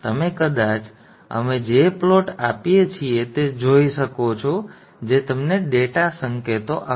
તમે કદાચ અમે જે પ્લોટ આપીએ છીએ તે જોઈ શકો છો જે તમને ડેટા સંકેતો આપશે